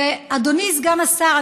אדוני סגן השר,